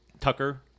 Tucker